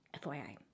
FYI